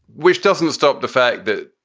which doesn't stop the fact that,